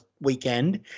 weekend